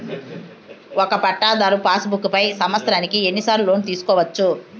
ఒక పట్టాధారు passbook పై సంవత్సరానికి ఎన్ని సార్లు లోను తీసుకోవచ్చు?